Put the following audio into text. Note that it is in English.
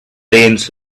rains